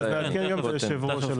אז נעדכן גם את היושב ראש.